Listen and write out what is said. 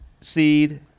seed